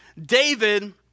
David